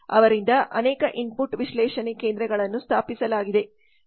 ಅವರಿಂದ ಅನೇಕ ಇನ್ಪುಟ್ ವಿಶ್ಲೇಷಣೆ ಕೇಂದ್ರಗಳನ್ನು ಸ್ಥಾಪಿಸಲಾಗಿದೆ